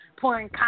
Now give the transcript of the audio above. pouring